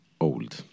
Old